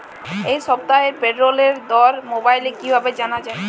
এই সপ্তাহের পটলের দর মোবাইলে কিভাবে জানা যায়?